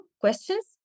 questions